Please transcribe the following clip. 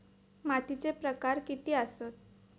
मातीचे प्रकार किती आसत?